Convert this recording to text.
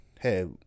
hey